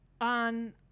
on